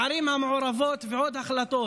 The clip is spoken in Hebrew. הערים המעורבות ועוד החלטות,